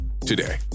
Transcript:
today